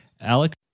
Alex